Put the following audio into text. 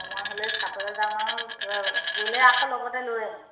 সময় হ'লে চাবলৈ যাম আৰু গ'লে আকৌ লগতে লৈ আহিম